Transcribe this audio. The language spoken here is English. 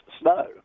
Snow